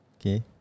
Okay